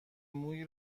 مویی